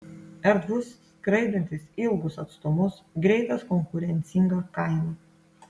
erdvus skraidantis ilgus atstumus greitas konkurencinga kaina